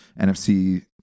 NFC